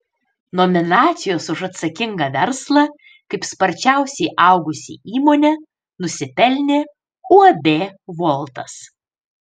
nominacijos už atsakingą verslą kaip sparčiausiai augusi įmonė nusipelnė uab voltas